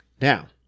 Now